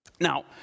Now